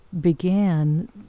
began